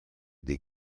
des